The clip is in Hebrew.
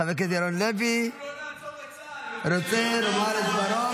חבר הכנסת ירון לוי רוצה לומר את דברו,